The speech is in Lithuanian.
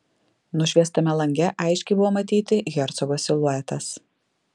nušviestame lange aiškiai buvo matyti hercogo siluetas